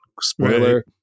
Spoiler